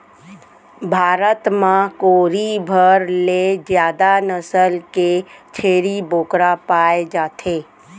भारत म कोरी भर ले जादा नसल के छेरी बोकरा पाए जाथे